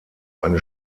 eine